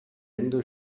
ende